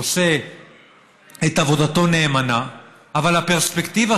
הוא עושה את עבודתו נאמנה אבל הפרספקטיבה